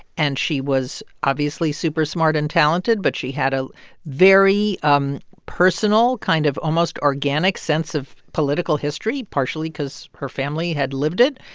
and she was, obviously, super smart and talented. but she had a very um personal kind of almost organic sense of political history, partially because her family had lived it.